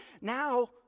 Now